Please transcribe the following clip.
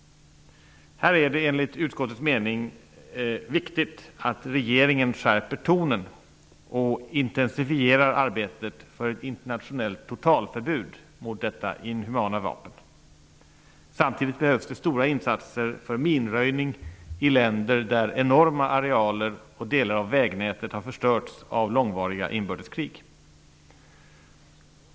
Här är det enligt utskottets mening viktigt att regeringen skärper tonen och intensifierar arbetet för ett internationellt totalförbud mot detta inhumana vapen. Samtidigt behövs det stora insatser för minröjning i länder där enorma arealer och delar av vägnätet har förstörts av långvariga inbördeskrig.